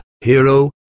hero